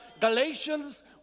Galatians